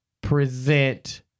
present